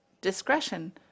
discretion